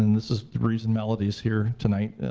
and this is the reason melody's here tonight.